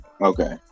Okay